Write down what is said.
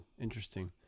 Interesting